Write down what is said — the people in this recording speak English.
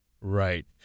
Right